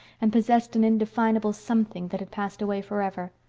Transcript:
and possessed an indefinable something that had passed away forever.